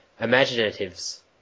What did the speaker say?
imaginative's